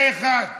זה אחד.